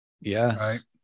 Yes